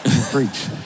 Preach